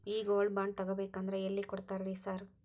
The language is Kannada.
ಈ ಗೋಲ್ಡ್ ಬಾಂಡ್ ತಗಾಬೇಕಂದ್ರ ಎಲ್ಲಿ ಕೊಡ್ತಾರ ರೇ ಸಾರ್?